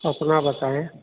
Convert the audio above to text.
अपना बताएँ